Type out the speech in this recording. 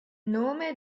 nome